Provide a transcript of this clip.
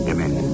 Amen